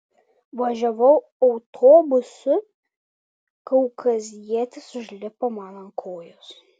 važiavau autobusu kaukazietis užlipo man ant kojos